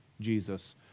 Jesus